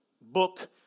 book